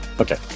Okay